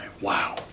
Wow